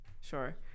Sure